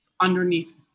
underneath